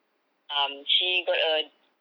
um she got a